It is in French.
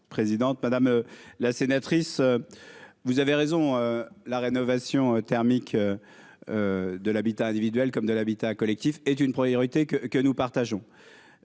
madame la sénatrice, vous avez raison, la rénovation thermique de l'habitat individuel comme de l'habitat collectif est une priorité que que nous partageons